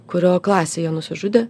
kurio klasėje nusižudė